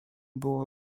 było